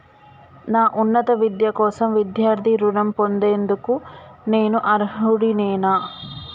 నా ఉన్నత విద్య కోసం విద్యార్థి రుణం పొందేందుకు నేను అర్హుడినేనా?